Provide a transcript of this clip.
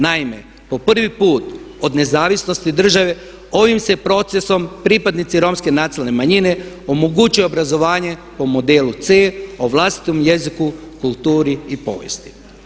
Naime, po prvi put od nezavisnosti države ovim se procesom pripadnici Romske nacionalne manjine omogućuje obrazovanje po modelu C o vlastitom jeziku, kulturi i povijesti.